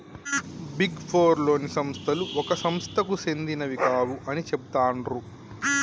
big four లోని సంస్థలు ఒక సంస్థకు సెందినవి కావు అని చెబుతాండ్రు